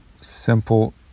simple